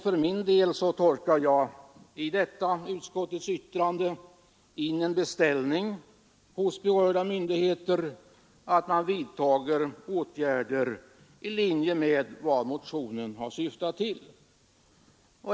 För min del tolkar jag i detta utskottets yttrande in en beställning hos berörda myndigheter att vidta åtgärder i linje med vad motionen har syftat till.